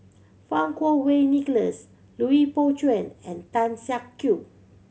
Fang Kuo Wei Nicholas Lui Pao Chuen and Tan Siak Kew